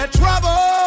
trouble